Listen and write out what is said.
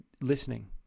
listening